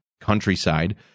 countryside